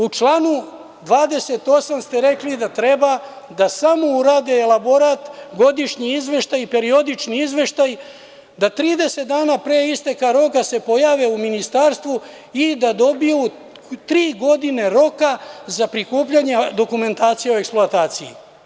U članu 28. ste rekli da treba da samo urade elaborat, godišnji izveštaj i periodični izveštaj, da 30 dana pre isteka roka se pojave u ministarstvu i da dobiju tri godine roka za prikupljanje dokumentacije o eksploataciji.